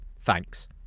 Thanks